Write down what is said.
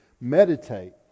meditate